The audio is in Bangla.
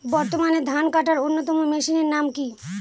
বর্তমানে ধান কাটার অন্যতম মেশিনের নাম কি?